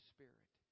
Spirit